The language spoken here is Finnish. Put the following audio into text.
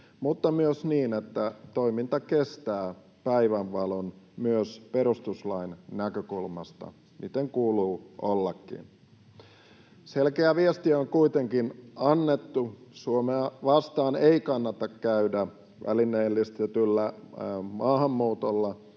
mutta myös niin, että toiminta kestää päivänvalon myös perustuslain näkökulmasta, miten kuuluu ollakin. Selkeä viesti on kuitenkin annettu: Suomea vastaan ei kannata käydä välineellistetyllä maahanmuutolla,